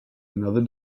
another